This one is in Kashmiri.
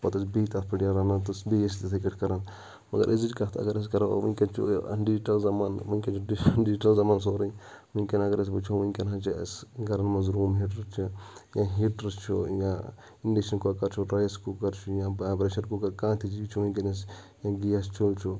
پَتہٕ ٲسۍ بیٚیہِ تتھ پؠٹھ رَنان تہٕ بیٚیہِ ٲسۍ تِتھَے پٲٹھۍ کران مگر أزِچ کَتھ اَگر أسۍ کَرُو ؤنکیٚن چھِ ڈِجٹَل زَمانہٕ ؤنکیٚن چھِ ڈِجٹَل زَمانہٕ سورُے ؤنکیٚن اَگر أسۍ وُچھو ؤنکیٚن حظ چھِ اسہِ گَرَن منٛز روم ہِیٖٹَر چھِ یا ہِیٖٹَر چھُ یا اِنڈَکشَن کۄکَر چھِ یا رَیِس کُکَر چھِ یا پَرٛشَر کُکَر کانٛہہ تہِ چِیٖز چھُ ؤنکیٚنَس یا گیس چولہٕ چھُ